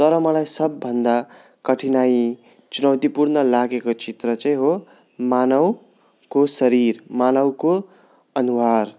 तर मलाई सबभन्दा कठिनाइ चुनौतिपूर्ण लागेको चित्र चाहिँ हो मानवको शरीर मानवको अनुहार